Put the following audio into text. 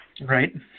Right